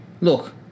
look